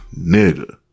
Nigga